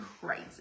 Crazy